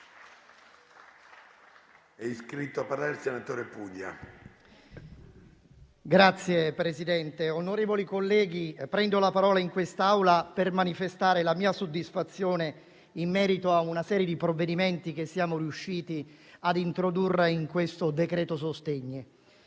Signor Presidente, onorevoli colleghi, prendo la parola in quest'Aula per manifestare la mia soddisfazione in merito a una serie di provvedimenti che siamo riusciti ad introdurre in questo decreto sostegni.